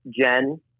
Jen